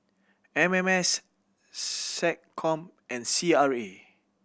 M M S SecCom and C R A